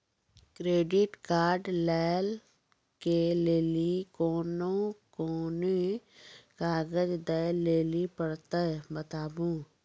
Credit card लै के लेली कोने कोने कागज दे लेली पड़त बताबू?